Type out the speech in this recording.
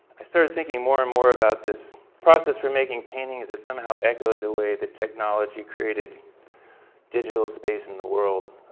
i started thinking more and more about this process for making paintings that somehow echoed the way the technology created digital space in the world.